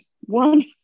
one